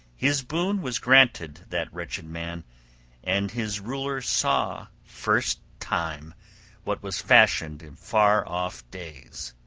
his boon was granted that wretched man and his ruler saw first time what was fashioned in far-off days.